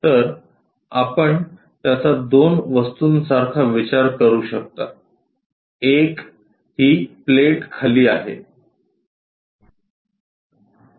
तर आपण त्याचा दोन वस्तूंसारखा विचार करू शकता एक ही प्लेट खाली आहे